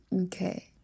okay